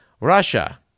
Russia